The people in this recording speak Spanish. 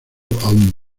aún